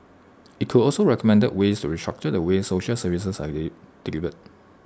IT could also recommend ways to restructure the way social services are delivered